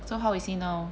so how is he now